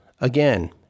again